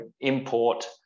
import